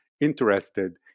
interested